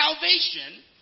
salvation